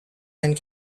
and